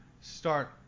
start